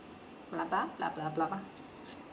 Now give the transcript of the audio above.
bla bla bla bla bla ba